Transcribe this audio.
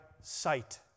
sight